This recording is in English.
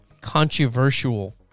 controversial